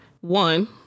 One